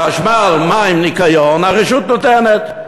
חשמל, מים וניקיון, הרשות נותנת.